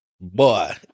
Boy